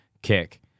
kick